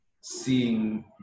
seeing